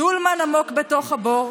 שולמן עמוק בתוך הבור,